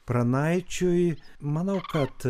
pranaičiui manau kad